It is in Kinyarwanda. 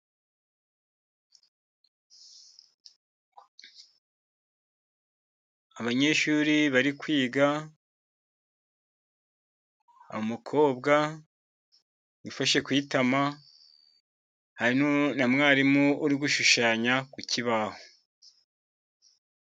Abanyeshuri bari kwiga, umukobwa wifashe ku itama, hari na mwarimu uri gushushanya ku kibaho.